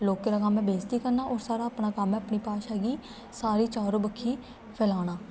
लोकें दा कम्म ऐ बेसती करना और साढ़ा अपना कम्म ऐ अपनी भाशा गी सारे चारों बक्खी फैलाना